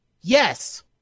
Yes